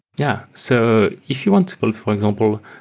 yeah. so if you want to build, for example,